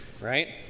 right